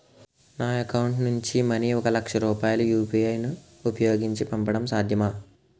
నా అకౌంట్ నుంచి మనీ ఒక లక్ష రూపాయలు యు.పి.ఐ ను ఉపయోగించి పంపడం సాధ్యమా?